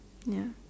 ya